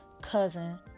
cousin